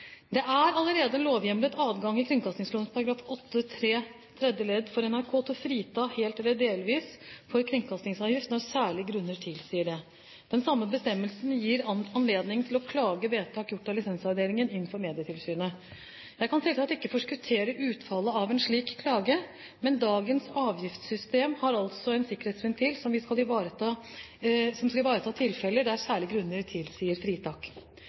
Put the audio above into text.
Det er allerede en lovhjemlet adgang i kringkastingsloven § 8-3 tredje ledd for NRK til å frita helt eller delvis for kringkastingsavgift når særlige grunner tilsier det. Den samme bestemmelsen gir anledning til å klage vedtak gjort av lisensavdelingen inn for Medietilsynet. Jeg kan selvsagt ikke forskuttere utfallet av en slik klage, men dagens avgiftssystem har altså en sikkerhetsventil som skal ivareta tilfeller der særlige grunner tilsier fritak.